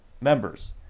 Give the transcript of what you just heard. members